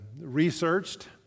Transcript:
researched